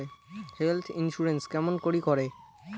Health insurance কেমন করি করে?